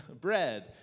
bread